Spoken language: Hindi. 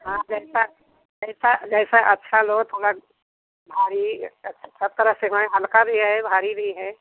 हाँ जैसा जैसा जैसा अच्छा लो थोड़ा भारी सत्तर अस्सी में हल्का भी है भारी भी है